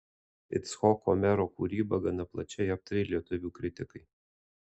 icchoko mero kūrybą gana plačiai aptarė lietuvių kritikai